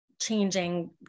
changing